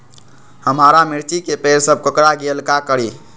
हमारा मिर्ची के पेड़ सब कोकरा गेल का करी?